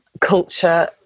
culture